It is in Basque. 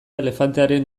elefantearen